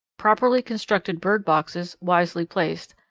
properly constructed bird boxes, wisely placed,